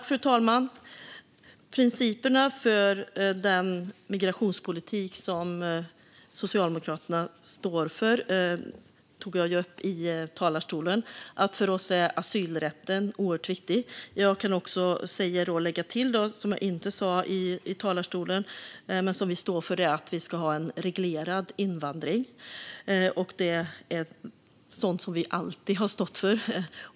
Fru talman! Principerna för den migrationspolitik som Socialdemokraterna står för tog jag upp i talarstolen. För oss är asylrätten oerhört viktig. Jag kan också lägga till något som jag inte sa i talarstolen men som vi står för, nämligen att vi ska ha en reglerad invandring. Det är sådant som vi alltid har stått för.